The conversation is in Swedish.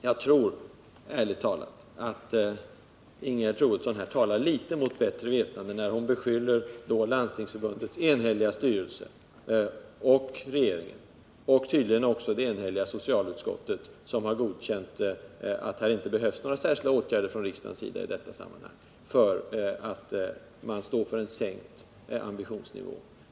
Jag tror ärligt talat att Ingegerd Troedsson här talar litet mot bättre vetande, när hon beskyller Landstingsförbundets eniga styrelse och regeringen — och tydligen också det eniga socialutskottet, som har godkänt att det inte behövs några särskilda åtgärder från riksdagens sida i detta sammanhang — för att stå fören sänkt ambitionsnivå.